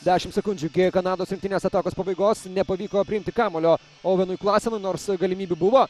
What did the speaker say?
dešimt sekundžių iki kanados rinktinės atakos pabaigos nepavyko priimti kamuolio ovenui klasenui nors galimybių buvo